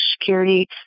Security